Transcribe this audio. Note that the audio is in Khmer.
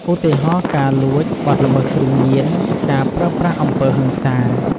ឧទាហរណ៍ ការលួច បទល្មើសគ្រឿងញៀន ការប្រើប្រាស់អំពើហិង្សា។